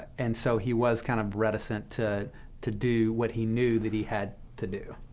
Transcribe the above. and so he was kind of reticent to to do what he knew that he had to do.